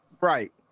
Right